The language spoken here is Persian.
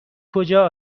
کجا